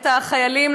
את החיילים,